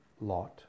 lot